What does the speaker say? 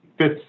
fifth